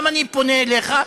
גם אני פונה אליך.